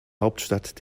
hauptstadt